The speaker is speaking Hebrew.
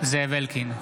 זאב אלקין,